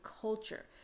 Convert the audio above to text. culture